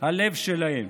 הלב שלהם